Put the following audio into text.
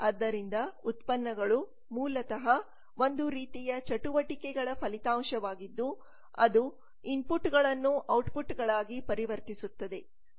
ಆದ್ದರಿಂದ ಉತ್ಪನ್ನಗಳು ಮೂಲತಃ ಒಂದು ರೀತಿಯ ಚಟುವಟಿಕೆಗಳ ಫಲಿತಾಂಶವಾಗಿದ್ದು ಅದು ಒಳಹರಿವುಗಳನ್ನು ಔಟ್ಪುಟ್ಗಳಾಗಿ ಪರಿವರ್ತಿಸುತ್ತದೆ